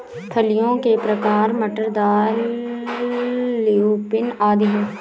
फलियों के प्रकार मटर, दाल, ल्यूपिन आदि हैं